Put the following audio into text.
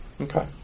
Okay